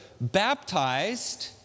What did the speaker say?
baptized